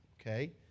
okay